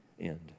end